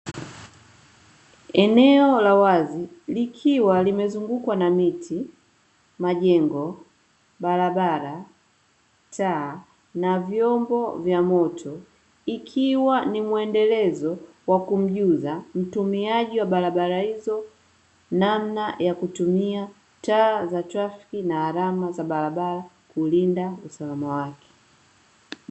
Eneo la wazi likiwa limezungukwa na miti majengo, barabara, taa, na vyombo vya moto ikiwa ni mwendelezo wa kumjuza mtumiaji wa barabara hizo namna ya kutumia taa za trafiki na alama za barabara kulinda usalama wake.